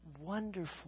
Wonderful